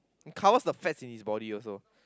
it covers the fats in his body also